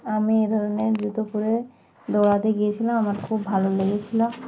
আমি এ ধরনের জুতোপুরে দৌড়াতে গিয়েছিলাম আমার খুব ভালো লেগেছিলো